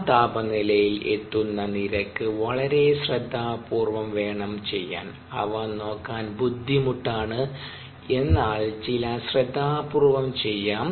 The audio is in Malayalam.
ആ താപനിലയിൽ എത്തുന്ന നിരക്ക് വളരെ ശ്രദ്ധാപൂർവ്വം വേണം ചെയ്യാൻ അവ നോക്കാൻ ബുദ്ധിമുട്ടാണ് എന്നാൽ ചില ശ്രദ്ധാപൂർവ്വം ചെയ്യാം